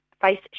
face